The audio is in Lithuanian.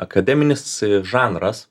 akademinis žanras